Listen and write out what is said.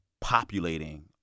populating